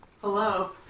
Hello